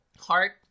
heart